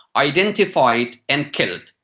identified and killed.